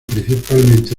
principalmente